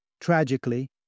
tragically